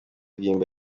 bwimba